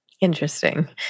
Interesting